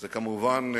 כמובן,